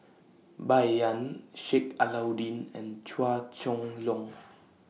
Bai Yan Sheik Alau'ddin and Chua Chong Long